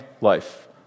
life